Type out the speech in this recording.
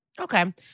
Okay